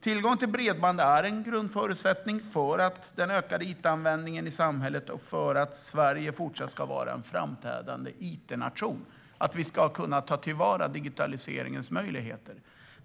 Tillgång till bredband är en grundförutsättning för den ökade it-användningen i samhället och för att Sverige fortsatt ska vara en framträdande it-nation och kunna ta till vara digitaliseringens möjligheter.